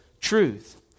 truth